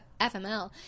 fml